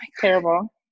terrible